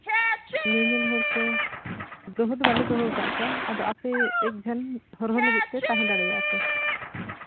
ᱧᱮᱧᱮᱞ ᱦᱚᱲ ᱠᱚ ᱫᱚᱦᱚ ᱫᱚ ᱵᱟᱞᱮ ᱫᱚᱦᱚᱣ ᱠᱟᱜ ᱠᱚᱣᱟ ᱟᱫᱚ ᱟᱯᱮ ᱮᱠᱡᱚᱱ ᱦᱚᱨᱦᱚ ᱞᱟᱹᱜᱤᱫ ᱛᱮ ᱛᱟᱦᱮᱸ ᱫᱟᱲᱮᱭᱟᱜ ᱯᱮ